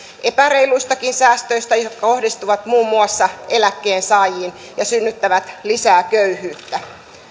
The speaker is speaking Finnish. epäreiluistakin säästöistä jotka kohdistuvat muun muassa eläkkeensaajiin ja synnyttävät lisää köyhyyttä